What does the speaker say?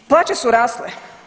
Plaće su rasle.